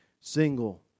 single